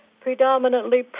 predominantly